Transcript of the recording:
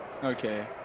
Okay